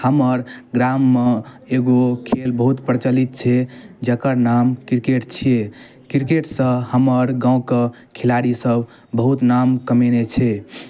हमर गाममे एगो खेल बहुत प्रचलित छै जकर नाम किरकेट छिए किरकेटसँ हमर गामके खेलाड़ीसभ बहुत नाम कमेने छै